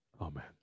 amen